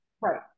Right